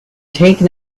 taken